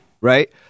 right